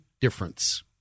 difference